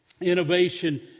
innovation